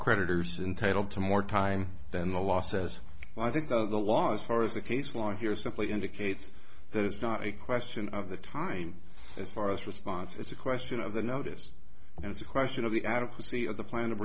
creditors entitle to more time than the law says i think the law as far as the case law here simply indicates that it's not a question of the time as far as response it's a question of the notice and it's a question of the adequacy of the plan of